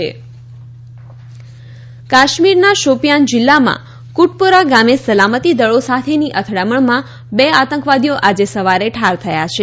encounter Kashmir કાશ્મીરના શોપિયાન જિલ્લામાં કુટપોરા ગામે સલામતી દળો સાથેની અથડામણમાં બે આતંકવાદીઓ આજે સવારે ઠાર થયા છે